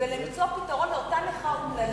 כדי למצוא פתרון לאותה נכה אומללה,